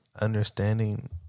Understanding